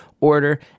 order